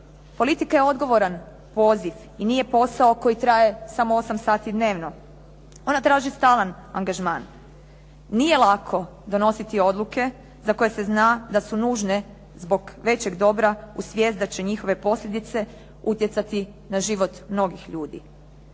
Politika je odgovoran poziv i nije posao koji traje samo 8 sati dnevno, ona traži stalan angažman. Nije lako donositi odluke za koje se zna da su nužne zbog većeg dobra uz svijest da će njihove posljedice utjecati na život mnogih ljudi.